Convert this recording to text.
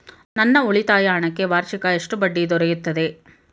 ನನ್ನ ಉಳಿತಾಯ ಹಣಕ್ಕೆ ವಾರ್ಷಿಕ ಎಷ್ಟು ಬಡ್ಡಿ ದೊರೆಯುತ್ತದೆ?